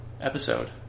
Episode